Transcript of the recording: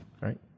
Right